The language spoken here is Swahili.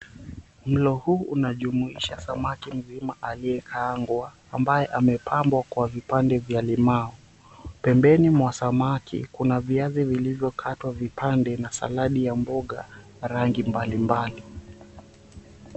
Mlo huu unajumuisha samaki nzima aliyekaangwa ambaye amepambwa kwa vipande vya limau. Pembeni mwa samaki kuna viazi vilivyokatwa vipande na saladi ya mboga ya rangi mbali mbali.